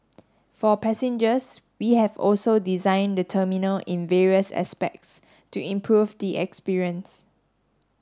for passengers we have also design the terminal in various aspects to improve the experience